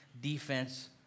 defense